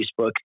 Facebook